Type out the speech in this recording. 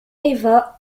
eva